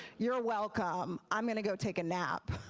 you're welcome, i'm going to go take a nap.